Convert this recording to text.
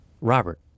Robert